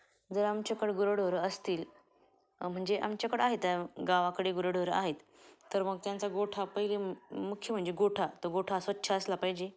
जर आमच्याकडं गुरंढोरं असतील म्हणजे आमच्याकडं आहेत त्या गावाकडे गुरं ढोरं आहेत तर मग त्यांचा गोठा पहिले मुख्य म्हणजे गोठा तो गोठा स्वच्छ असला पाहिजे